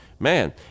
Man